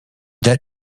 debt